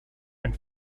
and